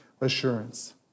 assurance